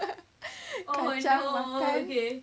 kacang makan